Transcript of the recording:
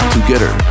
Together